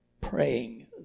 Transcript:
praying